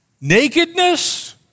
Nakedness